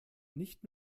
nicht